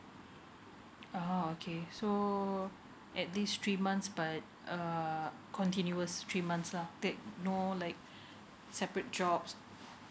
oh okay so at least three months but uh continuous three months lah no like separate jobs